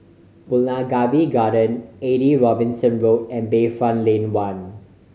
Bougainvillea Garden Eighty Robinson Road and Bayfront Lane One